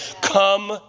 Come